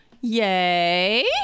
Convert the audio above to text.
Yay